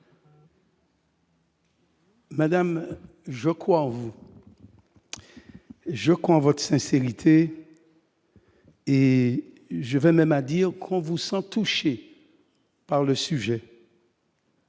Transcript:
Mais je crois en vous. Je crois en votre sincérité. Je dirai même que l'on vous sent touchée par ce sujet.